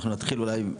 אנחנו נתחיל אולי,